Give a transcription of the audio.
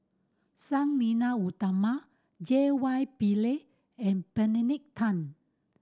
Sang Nila Utama J Y Pillay and Benedict Tan